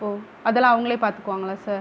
ஓ அதெல்லாம் அவங்களே பார்த்துக்குவாங்களா சார்